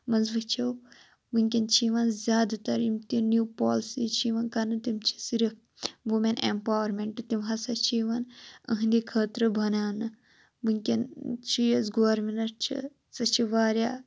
منٛز وُچھو ونکیٚن چھِ یِوان زیادٕ تَر یِم تہِ نِیو پالسیز چھِ یِوان کَرنہٕ تِم چھِ صِرف وومیٚن ایمپاوَرمیٚنٹ تِم ہَسا چھ یِوان أہنٛدے خٲطرٕ بَناونہٕ ونکیٚن چھِ یۄس گورمِنَٹ چھ سۄ چھِ واریاہ